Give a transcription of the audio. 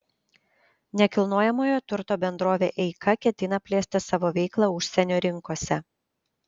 nekilnojamojo turto bendrovė eika ketina plėsti savo veiklą užsienio rinkose